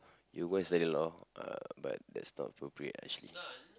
you go and study law uh but that's not appropriate actually